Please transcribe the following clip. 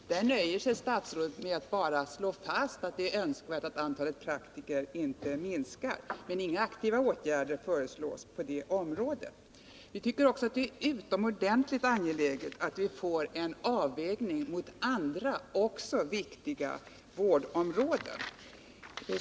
På den punkten nöjer sig statsrådet med att slå fast att det är önskvärt att antalet praktiker inte minskar. Inga aktiva åtgärder föreslås på det området. Vi anser också att det är utomordentligt angeläget att vi får en avvägning mot andra viktiga vårdområden.